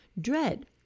dread